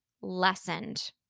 lessened